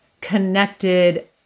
connected